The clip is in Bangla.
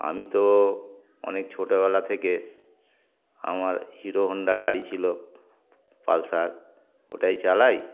আমি তো অনেক ছোটোবেলা থেকে আমার হিরো হোন্ডা গাড়ি ছিলো পালসার ওটাই চালাই